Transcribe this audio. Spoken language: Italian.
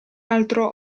altro